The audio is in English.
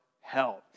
help